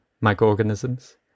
microorganisms